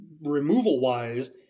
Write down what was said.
removal-wise